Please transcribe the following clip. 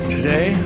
Today